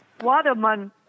Waterman